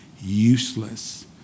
useless